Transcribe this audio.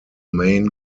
main